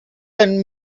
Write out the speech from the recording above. and